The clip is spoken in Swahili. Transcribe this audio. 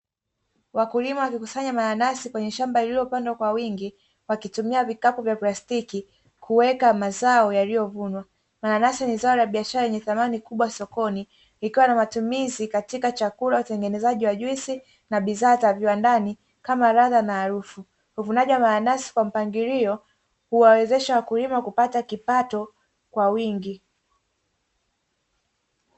Wakulima wakikusanya mananasi kwenye shamba lililopandwa kwa wingi wakitumia vikapu vya plastiki kuweka mazao yaliyovunwa, mananasi ni zao la biashara lenye thamani kubwa sokoni, likawa ni matumizi katika chakula na utengenezaji wa juisi na bidhaa za viwandani kama ladha na harufu uvunaji wa mananasi kwa mpangilio huwawezesha wakulima kupata kipato kwa wingi.